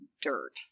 dirt